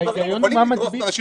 אנשים